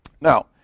Now